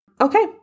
Okay